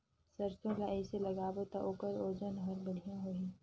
सरसो ला कइसे लगाबो ता ओकर ओजन हर बेडिया होही?